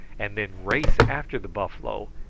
and then race after the buffalo,